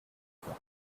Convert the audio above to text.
coin